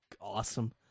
awesome